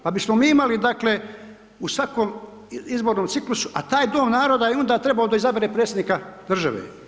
Pa bismo mi imali dakle u svakom izbornom ciklusu, a taj dom naroda je onda trebao da izabere predsjednika države.